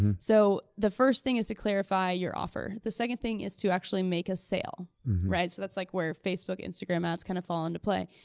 so the first thing is to clarify your offer. the second thing is to actually make a sale, right? so that's like where facebook, instagram ads kind of fall into play.